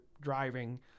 driving